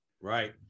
Right